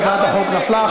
הצעת החוק נפלה.